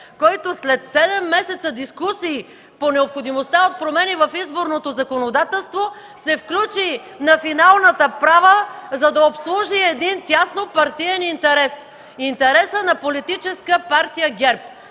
който след седем месеца дискусии по необходимостта от промени в изборното законодателство се включи на финалната права, за да обслужи един теснопартиен интерес – интересът на Политическа партия ГЕРБ.